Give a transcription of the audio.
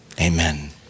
Amen